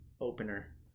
opener